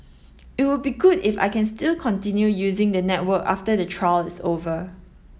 it would be good if I can still continue using the network after the trial is over